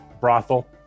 Brothel